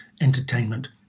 entertainment